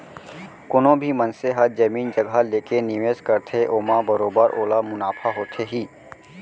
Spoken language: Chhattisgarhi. कोनो भी मनसे ह जमीन जघा लेके निवेस करथे ओमा बरोबर ओला मुनाफा होथे ही